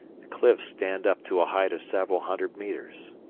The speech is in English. the cliffs stand up to a height of several hundred metres,